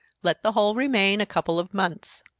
let the whole remain a couple of months,